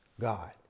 God